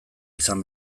izan